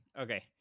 Okay